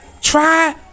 Try